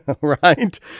right